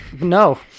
No